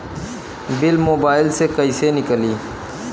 Bill mobile से कईसे निकाली?